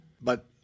But—